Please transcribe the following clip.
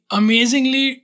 amazingly